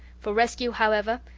for rescue, however,